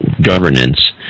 governance